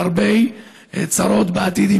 להרבה צרות בעתיד,